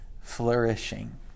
flourishing